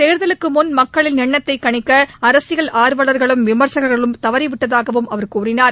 தேர்தலுக்கு முன் மக்களின் எண்ணத்தை கணிக்க அரசியல் விமர்சகர்களும் தவறிவிட்டதாகவும் அவர் கூறினார்